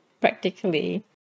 practically